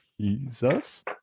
Jesus